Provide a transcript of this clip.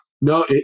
No